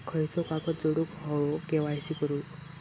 खयचो कागद जोडुक होयो के.वाय.सी करूक?